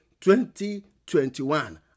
2021